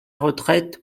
retraite